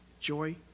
Joy